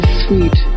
sweet